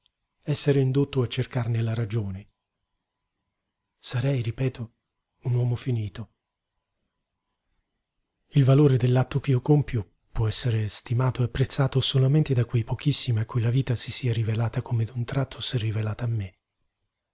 essere indotto a cercarne la ragione sarei ripeto un uomo finito il valore dell'atto ch'io compio può essere stimato e apprezzato solamente da quei pochissimi a cui la vita si sia rivelata come d'un tratto s'è rivelata a me